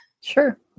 Sure